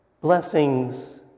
blessings